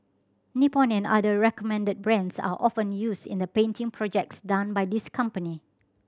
Nippon and other recommended brands are often used in the painting projects done by this company